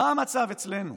מה המצב אצלנו